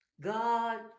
God